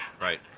Right